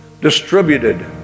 distributed